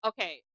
Okay